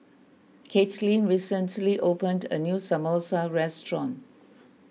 Caitlin recently opened a new Samosa restaurant